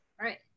Right